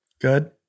Good